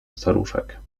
staruszek